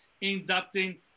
inducting